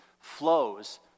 flows